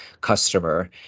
customer